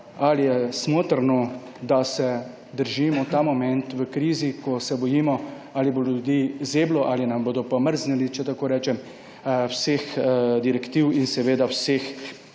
Ali je smotrno, da se držimo ta moment v krizi, ko se bojimo, ali bo ljudi zeblo ali nam bodo pomrznili, če tako rečem, vseh direktiv in vseh